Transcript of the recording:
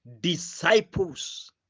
disciples